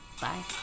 Bye